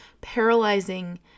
paralyzing